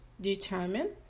determine